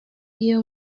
iyo